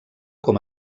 com